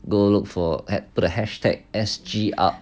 go look for put the hashtag S_G_U_P